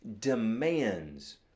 demands